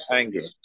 anger